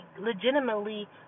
legitimately